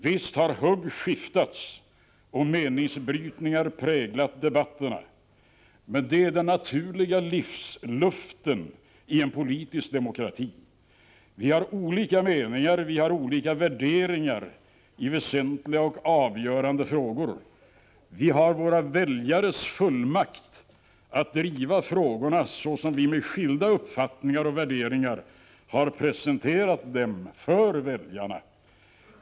Visst har hugg skiftats och meningsbrytningar präglat debatterna, men det är den naturliga livsluften i en politisk demokrati. Vi har olika meningar, vi har olika värderingar i väsentliga och avgörande frågor. Vi har våra väljares fullmakt att driva frågorna såsom vi med skilda uppfattningar och värderingar har presenterat dem för väljarna.